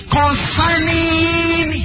concerning